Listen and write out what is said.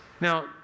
Now